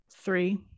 three